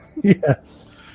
Yes